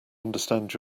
understand